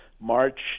March